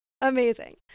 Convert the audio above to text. Amazing